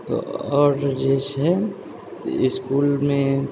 तऽ आओर जे छै इसकुलमे